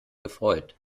gefreut